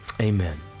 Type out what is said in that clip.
Amen